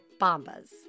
Bombas